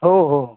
हो हो